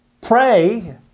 pray